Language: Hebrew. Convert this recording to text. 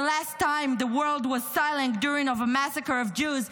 the last time the world was silent during a massacre of Jews,